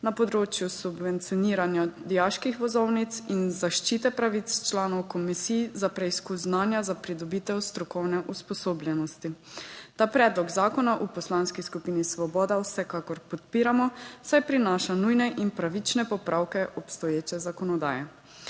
na področju subvencioniranja dijaških vozovnic in zaščite pravic članov komisij za preizkus znanja za pridobitev strokovne usposobljenosti. Ta predlog zakona v Poslanski skupini Svoboda vsekakor podpiramo, saj prinaša nujne in pravične popravke obstoječe zakonodaje.